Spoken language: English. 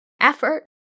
effort